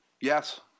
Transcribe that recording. Yes